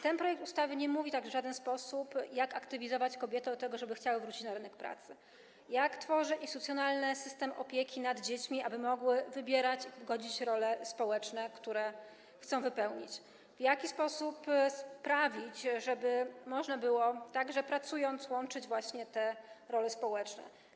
Ten projekt ustawy nie mówi także w żaden sposób, jak aktywizować kobiety, żeby chciały wrócić na rynek pracy, jak tworzyć instytucjonalny system opieki nad dziećmi, aby mogły wybierać lub godzić role społeczne, które chcą odgrywać, w jaki sposób sprawić, żeby można było, także pracując, łączyć te role społeczne.